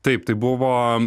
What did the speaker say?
taip tai buvo